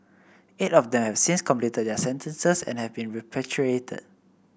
eight of them have since completed their sentences and have been repatriated